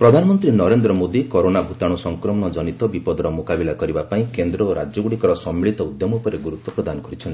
ପ୍ରଧାନମନ୍ତ୍ରୀ ନରେନ୍ଦ୍ର ମୋଦି କରୋନା ଭୂତାଣୁ ସଂକ୍ରମଣ ଜନିତ ବିପଦର ମୁକାବିଲା କରିବାପାଇଁ କେନ୍ଦ୍ର ଓ ରାଜ୍ୟଗୁଡ଼ିକର ସମ୍ମିଳିତ ଉଦ୍ୟମ ଉପରେ ଗୁରୁତ୍ୱ ପ୍ରଦାନ କରିଛନ୍ତି